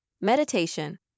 meditation